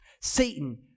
Satan